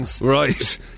Right